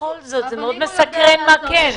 ובכל זאת מאוד מסקרן מה כן.